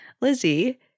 Lizzie